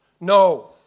No